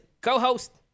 co-host